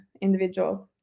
individual